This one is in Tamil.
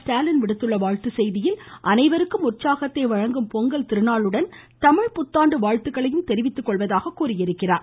ஸ்டாலின் விடுத்துள்ள வாழ்த்துச் செய்தியில் அனைவருக்கும் உற்சாகத்தை வழங்கும் பொங்கல் திருநாளுடன் தமிழ் புத்தாண்டு வாழ்த்துக்களையும் தெரிவித்துக் கொள்ளவதாக கூறியிருக்கிறார்